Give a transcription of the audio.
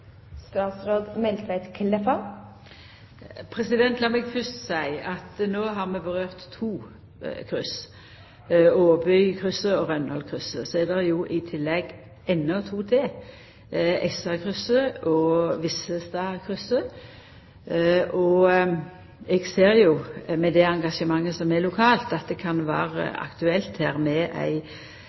meg fyrst seia at no har vi vore inne på to kryss – Åbykrysset og Rønholtkrysset, og så er det i tillegg endå to til: Essakrysset og Vissestadkrysset. Eg ser at med det engasjementet som er lokalt, kan det vera aktuelt med ei